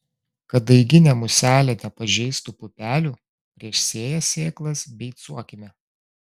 kad daiginė muselė nepažeistų pupelių prieš sėją sėklas beicuokime